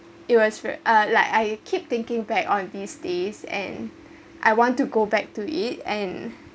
it was for uh like I keep thinking back on these days and I want to go back to it and